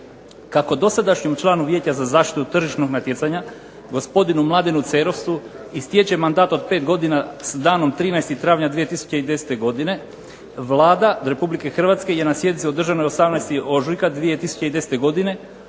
Kako dosadašnjem članu Vijeća za zaštitu tržišnog natjecanja gospodinu Mladenu Cerovcu istječe mandat od pet godina s danom 13. travnja 2010. godine Vlada Republike Hrvatske je na sjednici održanoj 18. ožujka 2010. godine